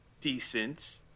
decent